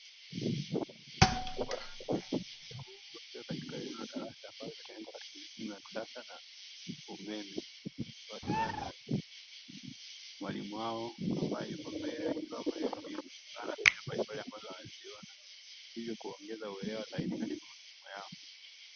Wanafunzi wa chuo kikuu wakiwa katika eneo la darasa ambalo limetengenezwa katika mifumo ya kisasa na umeme, wakiwa na mwalimu wao ambaye yupo mbele kutoa maelekezo kutokana na picha mbalimbali ambazo wanaziona hivyo kuongeza uelewa katika masomo yao.